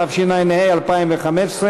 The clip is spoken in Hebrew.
התשע"ה 2015,